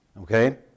okay